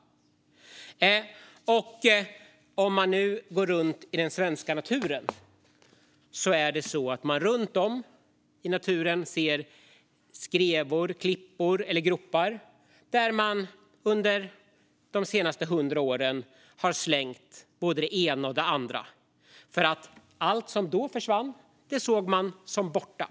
I den svenska naturen kan vi se skrevor, klippor eller gropar där man under de senaste hundra åren har slängt både det ena och det andra. Allt som då försvann såg man som borta.